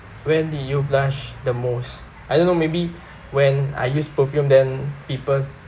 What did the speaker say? when did you blush the most I don't know maybe when I use perfume then people